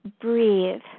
breathe